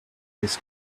this